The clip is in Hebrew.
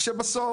שבסוף,